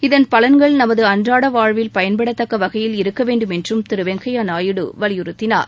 இதன் பல்னகள் நமது அன்றாட வாழ்வில் பயன்படத்தக்க வகையில் இருக்கவேண்டும் என்றும் திரு வெங்கய்யா நாயுடு வலியுறுத்தினார்